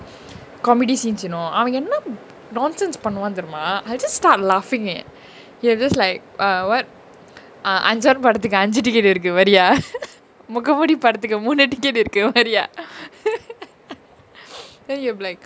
comedy scenes you know அவ என்ன:ava enna nonsense பன்னுவா தெரியுமா:pannuva theriyuma I will just start laughing eh ya just like err what ah anjaan படத்துக்கு அஞ்சு:padathuku anju ticket இருக்கு வரியா:iruku variya முகமூடி படத்துக்கு மூனு:mukamoodi padathuku moonu ticket இருக்கு வரியா:iruku variya then you will be like